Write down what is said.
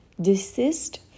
desist